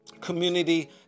community